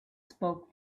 spoke